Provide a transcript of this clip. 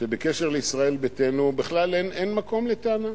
שבקשר לישראל ביתנו בכלל אין מקום לטענה,